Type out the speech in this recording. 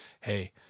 hey